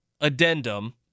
addendum